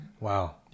Wow